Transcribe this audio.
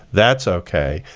that's okay,